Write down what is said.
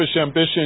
ambition